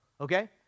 okay